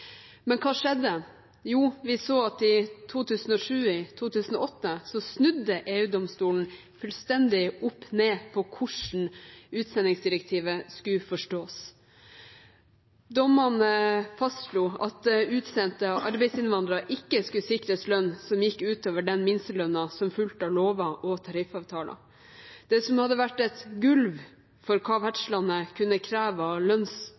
Men hva skjedde? Jo, i 2007/2008 snudde EU-domstolen fullstendig opp ned på hvordan utsendingsdirektivet skulle forstås, da man fastslo at utsendte arbeidsinnvandrere ikke skulle sikres lønn som gikk utover den minstelønnen som fulgte av lover og tariffavtaler. Det som hadde vært et gulv for hva vertslandet kunne kreve av lønns-